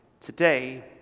today